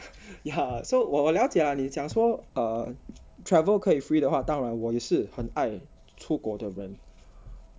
yeah so 我我了解 lah 你讲说 err travel 可以 free 的话当然我也是很爱出国的人